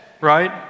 right